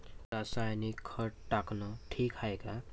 रासायनिक खत टाकनं ठीक हाये का?